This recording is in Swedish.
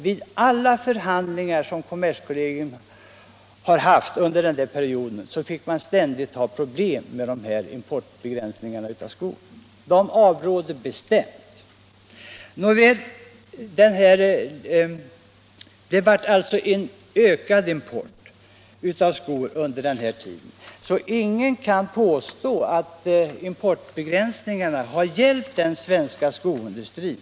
Vid alla förhandlingar som kommerskollegium haft under den här perioden har man haft problem med importbegränsningarna när det gäller skor. Kommerskollegium avråder bestämt. Det blev alltså en ökad import av skor under den här tiden, och ingen kan påstå att importbegränsningarna har hjälpt den svenska skoindustrin.